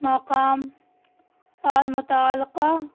مقام اور متعلقہ